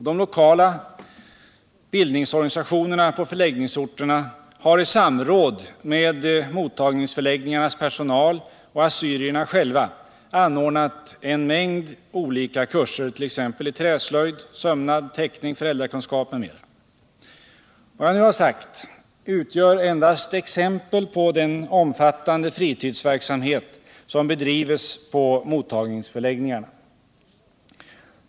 De lokala bildningsorganisationerna på förläggningsorterna har i samråd med mottagningsförläggningarnas personal och assyrierna själva anordnat en mängd olika kurser, t.ex. i träslöjd, sömnad, teckning, föräldrakunskap m.m. Vad jag nu har sagt utgör endast exempel på den omfattande fritidsverksamheten som bedrivs på mottagningsförläggningarna.